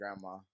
grandma